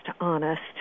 honest